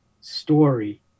story